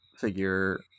figure